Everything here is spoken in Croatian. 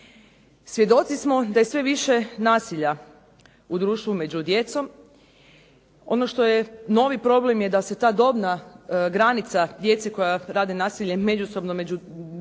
Svjedoci smo da je sve više nasilja u društvu među djecom. ono što je novi problem je da se ta dobna granica djece koja rade nasilje međusobno među